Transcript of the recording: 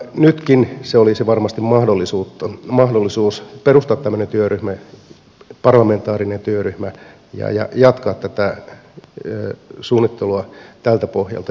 nytkin olisi varmasti mahdollisuus perustaa tämmöinen parlamentaarinen työryhmä ja jatkaa tätä suunnittelua tältä pohjalta